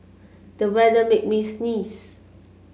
the weather made me sneeze